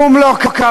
כלום לא קרה.